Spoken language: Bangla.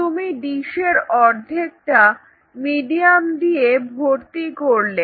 তুমি ডিশের অর্ধেক টা মিডিয়াম দিয়ে ভর্তি করলে